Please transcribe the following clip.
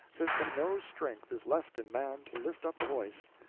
sith that no strength is left in man to lift up voice.